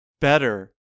Better